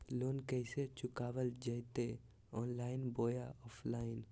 Loan कैसे चुकाबल जयते ऑनलाइन बोया ऑफलाइन?